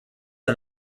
ein